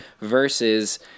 Versus